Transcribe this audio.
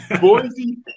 Boise